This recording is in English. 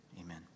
amen